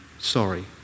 Sorry